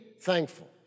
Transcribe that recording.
thankful